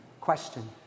Question